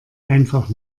einfach